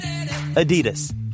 Adidas